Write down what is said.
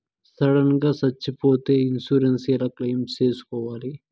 Sudden గా సచ్చిపోతే insurance ఎలా క్లెయిమ్ సేసుకోవాలి?